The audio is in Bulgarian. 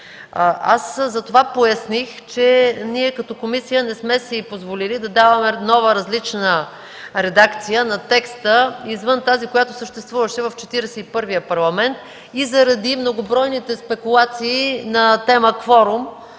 Аз затова поясних, че ние като комисия не сме си позволили да даваме нова, различна редакция на текста, извън съществуващата в Четиридесет и първия Парламент и заради многобройните спекулации на тема „Кворум”,